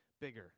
bigger